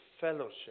fellowship